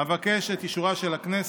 אבקש את אישורה של הכנסת.